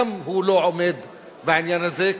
גם הוא לא עומד בעניין הזה,